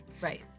Right